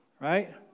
right